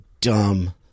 dumb